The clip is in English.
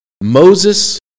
Moses